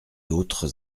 autres